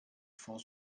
fond